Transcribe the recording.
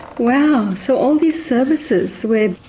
wow, so all these services were